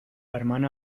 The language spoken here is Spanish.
hermana